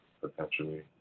potentially